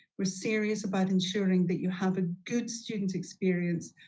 we're serious about ensuring that you have a good student experience,